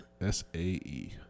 S-A-E